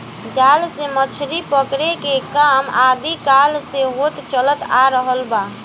जाल से मछरी पकड़े के काम आदि काल से होत चलत आ रहल बा